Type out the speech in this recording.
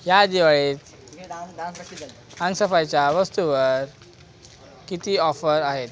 या दिवाळीत अंगसफाईच्या वस्तूवर किती ऑफर आहेत